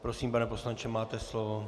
Prosím, pane poslanče, máte slovo.